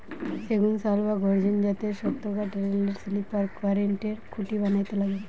সেগুন, শাল বা গর্জন জাতের শক্তকাঠ রেলের স্লিপার, কারেন্টের খুঁটি বানাইতে লাগে